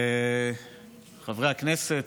חברי הכנסת,